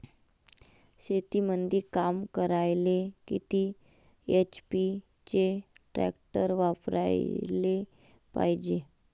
शेतीमंदी काम करायले किती एच.पी चे ट्रॅक्टर वापरायले पायजे?